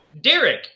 Derek